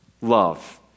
love